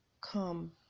come